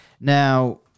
Now